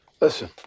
Listen